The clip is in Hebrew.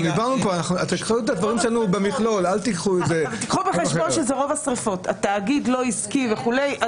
קחו בחשבון שרוב השריפות זה אדם פרטי.